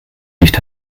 nicht